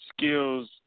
skills